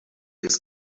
his